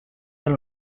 del